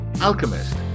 Alchemist